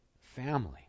family